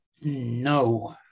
no